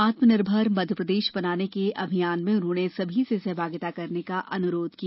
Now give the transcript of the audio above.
आत्मनिर्भर मध्यप्रदेश बनाने के अभियान में उन्होंने सभी से सहभागिता करने का अनुरोध किया